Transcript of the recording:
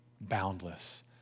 boundless